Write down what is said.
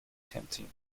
tempting